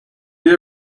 they